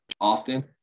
often